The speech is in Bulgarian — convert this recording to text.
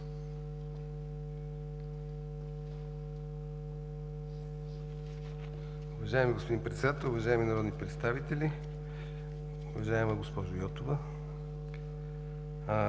Уважаеми господин Председател, уважаеми народни представители! Уважаема госпожо Йотова,